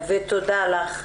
תודה על הדברים.